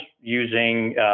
using